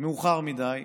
מאוחר מדי,